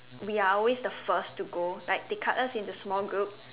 we are always the first to go like they cut us into small groups